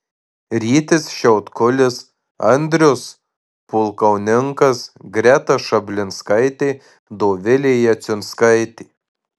rytis šiautkulis andrius pulkauninkas greta šablinskaitė dovilė jaciunskaitė